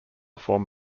form